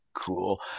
Cool